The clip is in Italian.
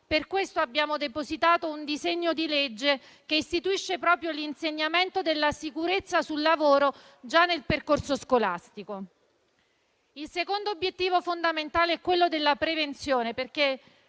Per questo abbiamo depositato un disegno di legge che istituisce l'insegnamento della sicurezza sul lavoro già nel percorso scolastico. Il secondo obiettivo fondamentale è quello della prevenzione,